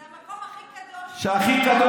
זה המקום הכי קדוש, זה המקום הכי קדוש.